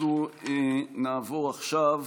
אנחנו נעבור עכשיו